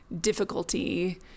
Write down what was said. difficulty